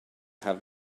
have